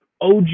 OG